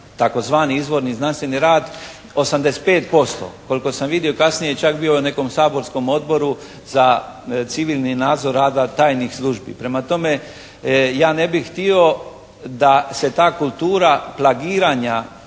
tzv. izvorni znanstveni rad '85%. Koliko sam vidio kasnije je bio i u nekom saborskog odboru za civilni nadzor rada tajnih službi. Prema tome ja ne bih htio da se ta kultura plagiranja